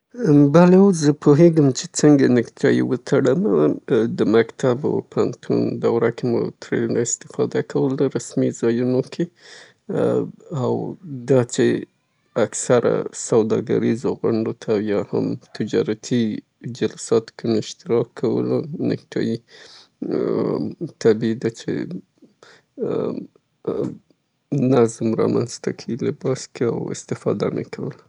هو زما خوښیږي چه نکتایی وترمه، زمونږ شاوخواته هم خلک نیکټایانې کوي خصوصان په محافلو کې یا رسمي مراسمو کې یا هم دفتري غونډو کې ټولو کې نیکټایي تړل کیږي. مختلف ډولونه لري چې زما یې هغه ساده نوعه خوښیږي، اسانه تړل کیږي.